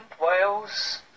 Wales